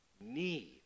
need